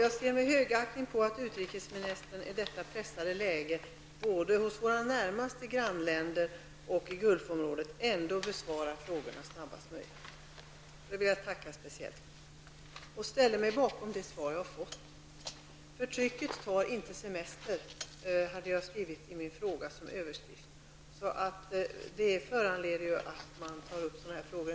Jag ser med högaktning på att utrikesministern i detta pressade läge både i våra närmaste grannländer och i Gulfområdet ändå besvarar frågorna snabbast möjligt. Det vill jag tacka speciellt för. Jag ställer mig bakom det svar jag har fått. Förtrycket tar inte semester, hade jag skrivit som överskrift på min fråga. Detta föranleder att man tar upp sådana här frågor.